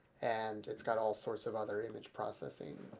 and it's got all sorts of other image processing